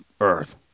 Earth